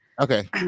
Okay